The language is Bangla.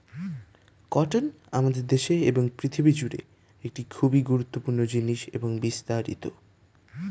কটন আমাদের দেশে এবং পৃথিবী জুড়ে একটি খুবই গুরুত্বপূর্ণ জিনিস এবং বিস্তারিত